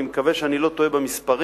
ואני מקווה שאני לא טועה במספרים,